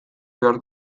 behar